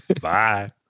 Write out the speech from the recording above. Bye